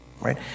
Right